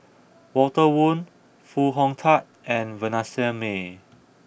Walter Woon Foo Hong Tatt and Vanessa Mae